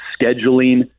scheduling